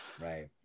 Right